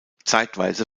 zeitweise